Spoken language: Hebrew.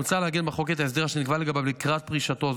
מוצע לעגן בחוק את ההסדר שנקבע לגביו לקראת פרישתו.